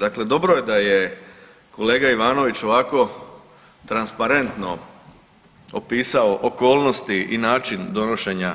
Dakle, dobro je da je kolega Ivanović ovako transparentno opisao okolnosti i način donošenja